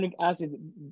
acid